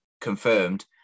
confirmed